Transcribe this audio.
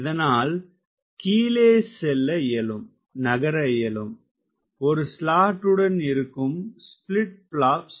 இதனால் கீழே செல்ல இயலும் நகர இயலும் ஒரு ஸ்லாட்டுடன் இருக்கும் ஸ்பிளிட் பிளாப்ஸ்